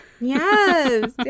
yes